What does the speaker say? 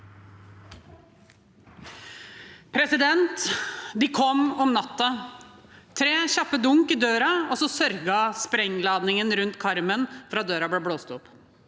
– De kom om natt- en. Tre kjappe dunk i døren, og så sørget sprengladningen rundt karmen for at døren ble blåst opp.